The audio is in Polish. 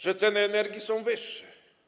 Że ceny energii są wyższe.